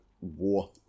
war